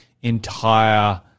entire